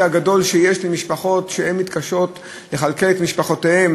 הגדול של משפחות שמתקשות לכלכל את עצמן,